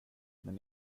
men